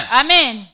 amen